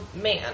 man